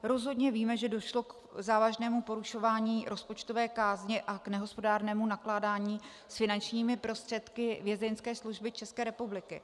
Rozhodně víme, že došlo k závažnému porušování rozpočtové kázně a k nehospodárnému nakládání s finančními prostředky Vězeňské služby České republiky.